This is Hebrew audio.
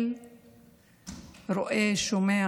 האל רואה, שומע